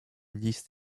list